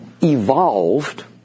evolved